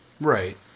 Right